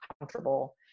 comfortable